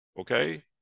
Okay